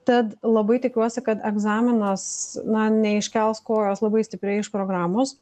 tad labai tikiuosi kad egzaminas na neiškels kojos labai stipriai iš programos